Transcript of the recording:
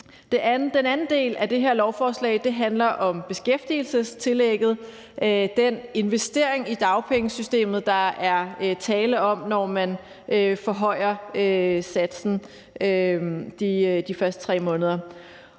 Den anden del af det her lovforslag handler om beskæftigelsestillægget, altså den investering i dagpengesystemet, der er tale om, når man forhøjer satsen de første 3 måneder.